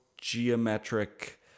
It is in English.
geometric